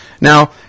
Now